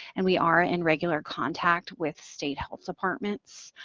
and we are in regular contact with state health departments.